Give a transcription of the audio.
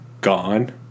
gone